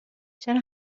چرا